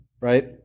right